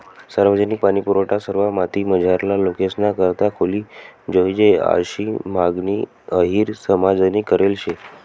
सार्वजनिक पाणीपुरवठा सरवा जातीमझारला लोकेसना करता खुली जोयजे आशी मागणी अहिर समाजनी करेल शे